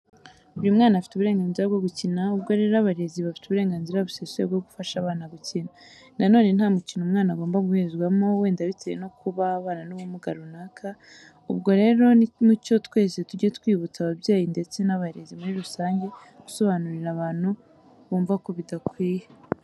Buri mwana afite uburenganzira bwo gukina. Ubwo rero abarezi bafite uburenganzira busesuye bwo gufasha abana gukina. Na none nta mukino umwana agomba guhezwamo wenda bitewe no kuba abana n'ubumuga runaka. Ubwo rero ni mucyo twese tujye twibutsa ababyeyi ndetse n'abarezi muri rusange, gusobanurira abantu bumva ko bidakwiye.